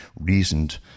reasoned